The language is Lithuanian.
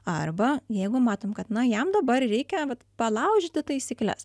arba jeigu matom kad na jam dabar reikia palaužyti taisykles